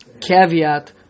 caveat